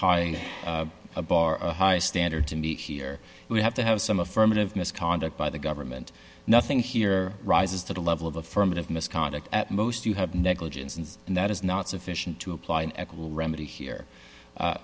high bar a high standard to meet here we have to have some affirmative misconduct by the government nothing here rises to the level of affirmative misconduct at most you have negligence and that is not sufficient to apply an equitable remedy here